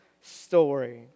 story